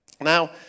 Now